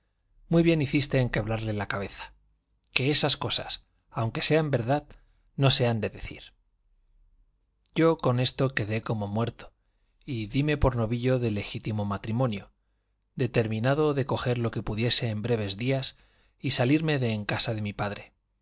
muy bien hiciste en quebrarle la cabeza que esas cosas aunque sean verdad no se han de decir yo con esto quedé como muerto y dime por novillo de legítimo matrimonio determinado de coger lo que pudiese en breves días y salirme de en casa de mi padre